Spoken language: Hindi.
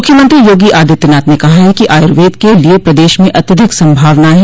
मुख्यमंत्री योगी आदित्यनाथ ने कहा है कि आयुर्वेद के लिये प्रदेश में अत्यधिक संभावनाएं हैं